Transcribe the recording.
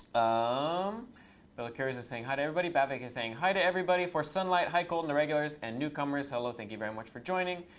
um bella kirs is saying hi to everybody. bhavik is saying hi to everybody. forsunlight hi, colton. the regulars and newcomers, hello, thank you very much for joining.